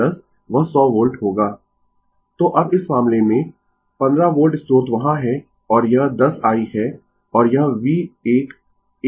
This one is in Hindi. Refer Slide Time 0517 तो अब इस मामले में 15 वोल्ट स्रोत वहाँ है और यह 10 i है और यह v 1 14 फैराड है